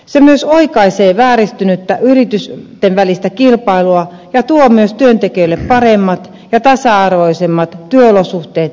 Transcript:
se myös oikaisee vääristynyttä yritysten välistä kilpailua ja tuo myös työntekijöille paremmat ja tasa arvoisemmat työolosuhteet ja toimeentulon